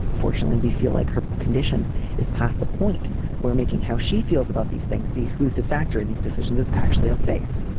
ah fortunately we feel like her condition is past the point we're making how she feels about these things the exclusive factor in these decisions is actually unsafe.